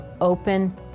open